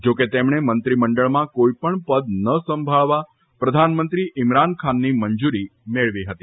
જો કે તેમણે મંત્રીમંડળમાં કોઇપણ પદ ન સંભાળવા પ્રધાનમંત્રી ઇમરાન ખાનની મંજુરી મેળવી હતી